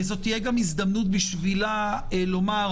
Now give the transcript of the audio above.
וזו תהיה הזדמנות בשבילה הזדמנות לומר: